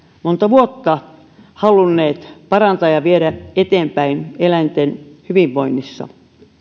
monta vuotta halunneet parantaa ja viedä eteenpäin eläinten hyvinvoinnissa